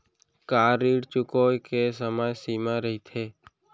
का ऋण चुकोय के समय सीमा रहिथे?